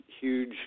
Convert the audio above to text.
huge